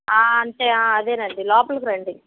అంతే అదే రండి లోపలికి రండి